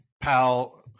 pal